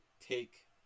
take